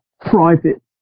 private